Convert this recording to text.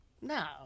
No